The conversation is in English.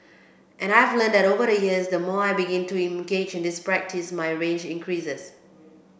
and I've learnt that over the years the more I begin to engage in this practice my range increases